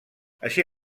així